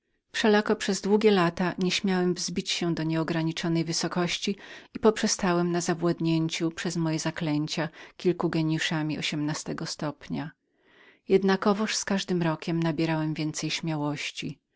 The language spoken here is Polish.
wszelako przez długie lata nie śmiałem wzbić się do nieograniczonej wysokości i poprzestałem na zawładnięciu przez moje zaklęcia kilku gieniuszami ośmnastego stopnia jednakowoż z każdym rokiem nabierałem więcej śmiałości